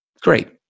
Great